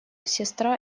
сестра